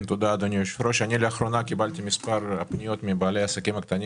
לאחרונה קיבלתי מספר פניות מבעלי עסקים קטנים